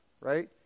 right